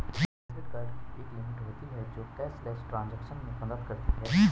credit card की एक limit होती है जो कैशलेस ट्रांज़ैक्शन में मदद करती है